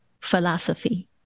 philosophy